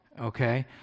okay